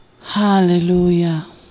Hallelujah